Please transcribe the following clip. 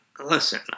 Listen